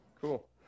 Cool